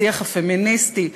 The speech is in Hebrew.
השיח הפמיניסטי,